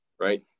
right